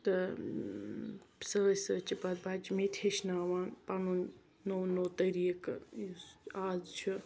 تہٕ سۭتۍ سۭتۍ چھِ پَتہٕ بَچہِ مےٚ تہِ ہیٚچھناوان پَنُن نوٚو نوٚو طریقہٕ یُس آز چھُ